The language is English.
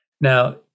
Now